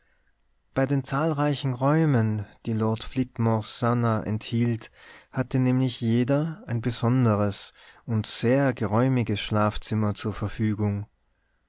bei den zahlreichen räumen die lord flitmores sannah enthielt hatte nämlich jeder ein besonderes und sehr geräumiges schlafzimmer zur verfügung